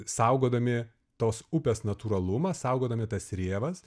saugodami tos upės natūralumą saugodami tas rėvas